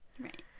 right